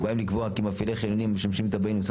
ובהן לקבוע כי מפעילי חניונים המשמשים את הבאים למוסד